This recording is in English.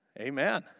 Amen